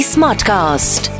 Smartcast